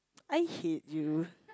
I hate you